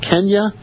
Kenya